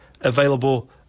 available